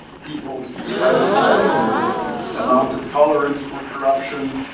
people's less less amount of tolerance for corruption,